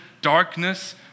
darkness